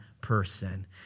person